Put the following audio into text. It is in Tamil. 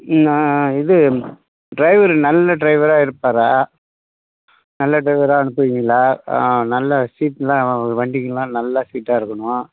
நான் இது ட்ரைவர் நல்ல ட்ரைவராக இருப்பாரா நல்ல ட்ரைவராக அனுப்புவிங்களா நல்ல சீட்லாம் வண்டிக்குலாம் நல்ல சீட்டாக இருக்கணும்